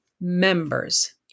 members